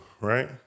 right